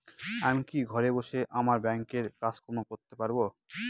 আমি কি ঘরে বসে আমার ব্যাংকের কাজকর্ম করতে পারব?